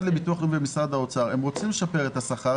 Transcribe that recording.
לביטוח לאומי ומשרד האוצר רוצים לשפר את השכר,